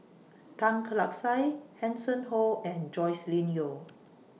Tan Lark Sye Hanson Ho and Joscelin Yeo